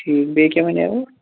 ٹھیٖک بیٚیہِ کیٛاہ وَنیوٕ